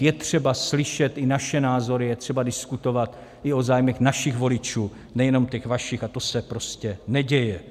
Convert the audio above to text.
Je třeba slyšet i naše názory, je třeba diskutovat i o zájmech našich voličů, nejenom těch vašich, a to se prostě neděje.